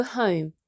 home